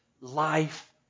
life